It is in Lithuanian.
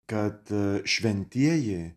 kad šventieji